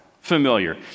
familiar